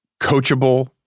coachable